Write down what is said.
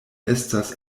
estas